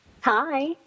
Hi